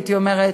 הייתי אומרת,